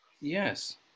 Yes